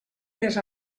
mes